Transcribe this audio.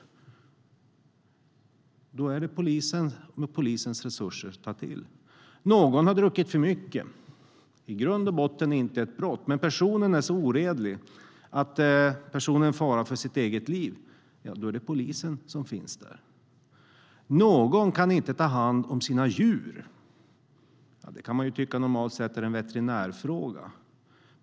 Då är det polisens resurser vi tar till. Någon kan inte ta hand om sina djur. Man kan tycka att det normalt sett är en veterinärfråga.